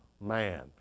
man